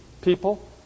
people